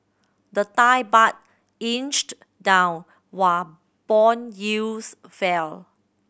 the Thai Baht inched down while bond yields fell